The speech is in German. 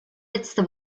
letzte